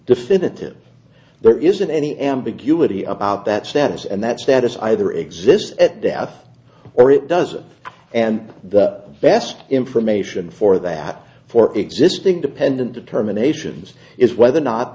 definitive there isn't any ambiguity about that status and that status either exists at death or it doesn't and the best information for that for existing dependent determinations is whether or not